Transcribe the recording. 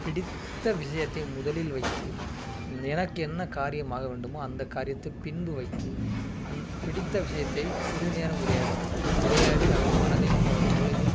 பிடித்த விஷயத்தை முதலில் வைத்து எனக்கு என்ன காரியம் ஆக வேண்டுமோ அந்த காரியத்தை பின்பு வைத்து அந் பிடித்த விஷயத்தை சிறிது நேரம் உரையாடுவேன் உரையாடி அவர் மனதையும் அவர் மூளையும்